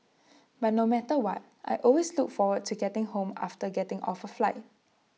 but no matter what I always look forward to getting home after getting off A flight